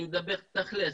אני מדבר תכלס,